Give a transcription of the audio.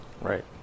Right